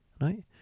Right